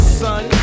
son